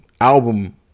album